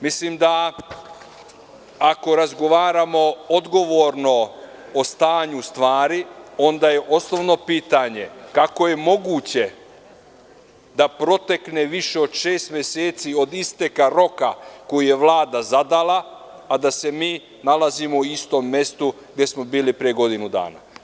Mislim da ako razgovaramo odgovorno o stanju stvari, onda je osnovno pitanje – kako je moguće da protekne više od šest meseci od isteka roka koji je Vlada zadala, a da se mi nalazimo u istom mestu gde smo bili pre godinu dana.